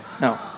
No